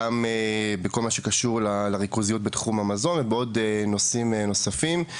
בכל מה שקשור לריכוזיות בתחום המזון ובעוד נושאים נוספים.